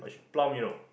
plum you know